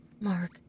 Mark